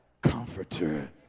comforter